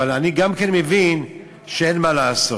אבל גם אני מבין שאין מה לעשות.